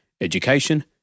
education